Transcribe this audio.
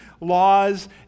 laws